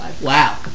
Wow